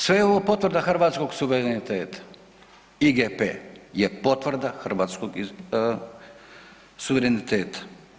Sve je ovo potvrda hrvatskog suvereniteta, IGP je potvrda hrvatskog suvereniteta.